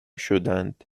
شدند